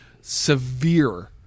severe